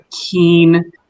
keen